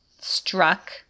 struck